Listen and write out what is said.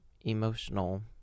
emotional